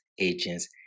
agents